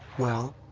well,